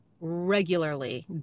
regularly